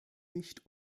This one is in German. nicht